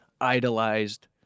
idolized